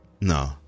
no